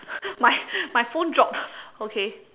my my phone drop okay